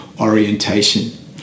orientation